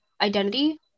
identity